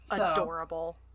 adorable